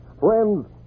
Friends